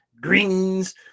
greens